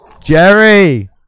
Jerry